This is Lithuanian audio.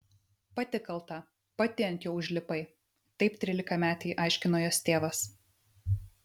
pati kalta pati ant jo užlipai taip trylikametei aiškino jos tėvas